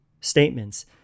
statements